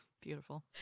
Beautiful